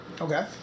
okay